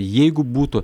jeigu būtų